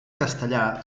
castellà